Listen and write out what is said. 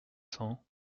cents